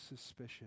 suspicion